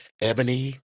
Ebony